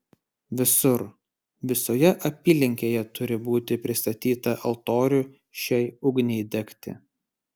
visur visoje apylinkėje turi būti pristatyta altorių šiai ugniai degti